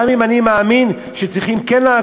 גם אם אני מאמין שאולי כן צריכים לעקור